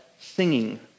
singing